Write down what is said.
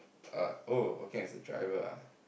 err oh working as a driver ah